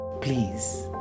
please